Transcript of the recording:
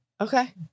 Okay